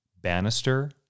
Bannister